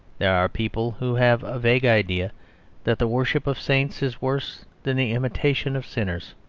there are people who have a vague idea that the worship of saints is worse than the imitation of sinners.